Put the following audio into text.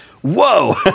whoa